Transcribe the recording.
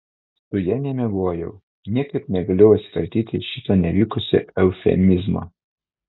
su ja nemiegojau niekaip negalėjau atsikratyti šito nevykusio eufemizmo